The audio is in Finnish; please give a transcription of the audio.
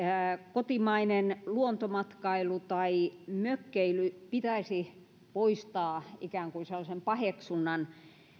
kotimainen luontomatkailu tai mökkeily pitäisi poistaa ikään kuin sellaisen paheksunnan